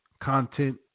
content